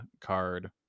card